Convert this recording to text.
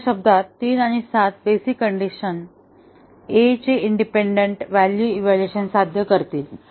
दुसऱ्या शब्दांत 3 आणि 7 बेसिक कण्डिशन A चे इंडिपेंडंट व्हॅल्यू इव्हाल्युएशन साध्य करतील